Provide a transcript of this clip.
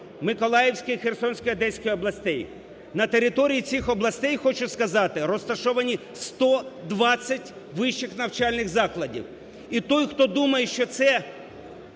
Миколаївської, Херсонської, Одеської областей. На території цих областей, хочу сказати, розташовані 120 вищих навчальних закладів і той, хто думає, що це